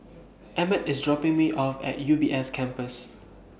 Emett IS dropping Me off At U B S Campus